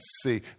see